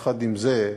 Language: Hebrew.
לא לא,